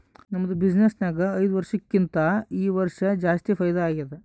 ನಮ್ದು ಬಿಸಿನ್ನೆಸ್ ನಾಗ್ ಐಯ್ದ ವರ್ಷಕ್ಕಿಂತಾ ಈ ವರ್ಷ ಜಾಸ್ತಿ ಫೈದಾ ಆಗ್ಯಾದ್